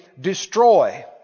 destroy